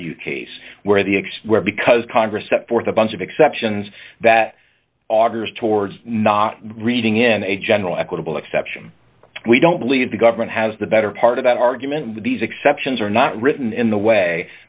w case where the expert because congress set forth a bunch of exceptions that augers to not reading in a general equitable exception we don't believe the government has the better part of that argument and these exceptions are not written in the way